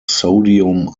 sodium